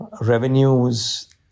revenues